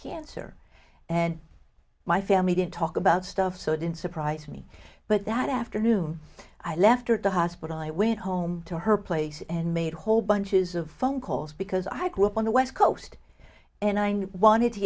cancer and my family didn't talk about stuff so it didn't surprise me but that afternoon i left the hospital i went home to her place and made whole bunches of phone calls because i grew up on the west coast and i wanted to